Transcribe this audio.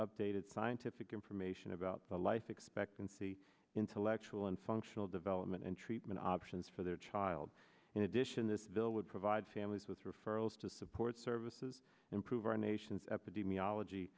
updated scientific information about the life expectancy intellectual and functional development and treatment options for their child in addition this bill would provide families with referrals to support services improve our nation's epidemiology